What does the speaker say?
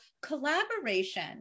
collaboration